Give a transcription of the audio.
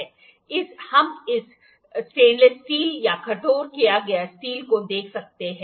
हम इस stainless steel या कठोर किया गया स्टील को देख सकते हैं